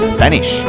Spanish